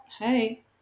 hey